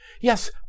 Yes